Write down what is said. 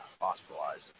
hospitalized